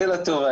שאלה טובה,